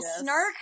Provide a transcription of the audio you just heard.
snark